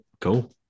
Cool